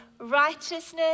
righteousness